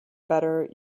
better